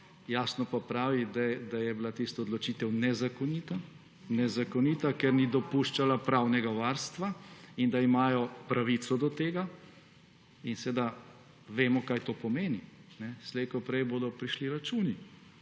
jasno pa pravi, da je bila tista odločitev nezakonita, ker ni dopuščala pravnega varstva in da imajo pravico do tega. In seveda vemo, kaj to pomeni. Slej kot prej bodo prišli računi,